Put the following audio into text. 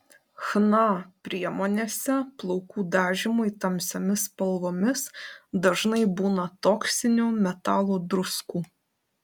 chna priemonėse plaukų dažymui tamsiomis spalvomis dažnai būna toksinių metalų druskų